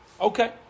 Okay